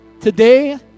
Today